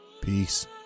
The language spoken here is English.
Peace